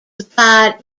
supplied